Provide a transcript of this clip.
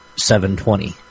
720